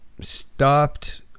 stopped